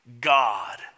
God